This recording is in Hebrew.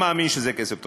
מאמין שזה כסף תוספתי.